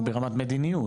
ברמת מדיניות,